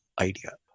idea